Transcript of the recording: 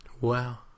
Wow